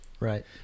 Right